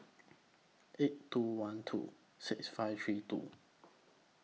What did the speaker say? eight two one two six five three two